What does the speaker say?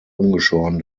ungeschoren